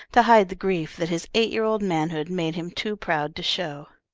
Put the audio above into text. to hide the grief that his eight-year-old manhood made him too proud to show.